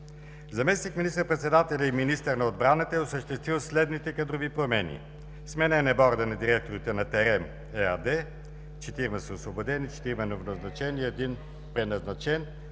Заместник министър-председателят и министър на отбраната е осъществил следните кадрови промени: сменен е бордът на директорите на „ТЕРЕМ“ ЕАД – четирима са освободени, четирима новоназначени и един преназначен,